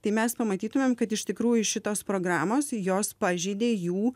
tai mes pamatytumėm kad iš tikrųjų šitos programos jos pažeidė jų